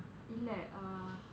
இல்ல:illa uh